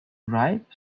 ripe